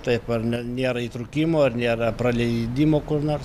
taip ar ne nėra įtrūkimų ar nėra praleidimo kur nors